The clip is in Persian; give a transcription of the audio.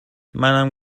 منم